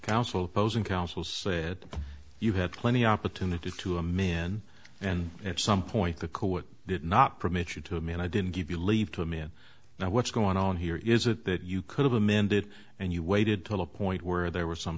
counsel posing counsel said you had plenty opportunity to i'm in and at some point the code did not permit you to me and i didn't give you leave to me and now what's going on here is that that you could have amended and you waited till a point where there was some